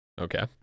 Okay